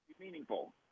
Meaningful